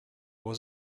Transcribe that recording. was